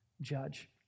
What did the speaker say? judge